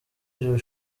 iri